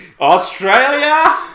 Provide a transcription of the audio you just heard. Australia